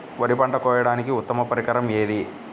వరి పంట కోయడానికి ఉత్తమ పరికరం ఏది?